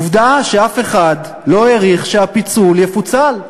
עובדה שאף אחד לא העריך שהפיצול יפוצל.